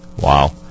Wow